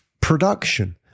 production